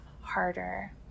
harder